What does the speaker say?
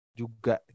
juga